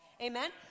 Amen